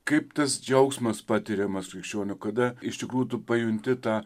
kaip tas džiaugsmas patiriamas krikščionio kada iš tikrųjų tu pajunti tą